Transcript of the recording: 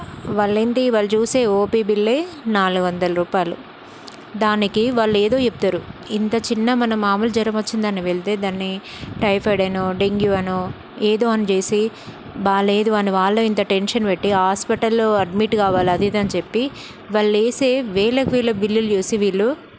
వాళ్ళేంటి వాళ్ళు చూసే ఓపీ బిళ్ళే నాలుగొందల రూపాయలు దానికి వాళ్ళు ఏదో చెప్తారు ఇంత చిన్న మన మాములు జ్వరమొచ్చిందని వెళ్తే దాన్ని టైఫాయిడ్ అనో డెంగ్యూ అనో ఏదో అనిచేసి బాలేదు అని వాళ్ళు ఇంత టెన్షన్ పెట్టి హాస్పిటల్లో అడ్మిట్ కావాలా అది ఇది అని చెప్పి వాళ్ళేసే వేలకి వేల బిళ్ళులు చూసి వీళ్ళు